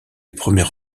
premier